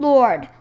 Lord